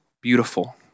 Beautiful